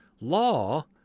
Law